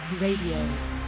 Radio